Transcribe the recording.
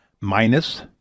minus